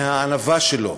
מהענווה שלו,